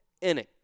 inning